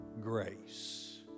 grace